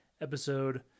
episode